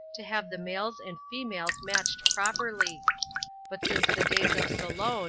to have the males and females matched properly but since the days of solon,